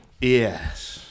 Yes